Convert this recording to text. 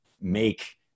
make